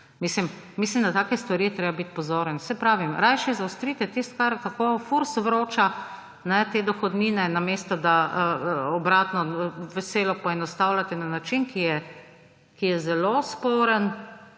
pravic. Na takšne stvari je treba biti pozoren. Saj pravim, rajši zaostrite tisto, kako Furs vroča te dohodnine, namesto da obratno veselo poenostavljate na način, ki je zelo sporen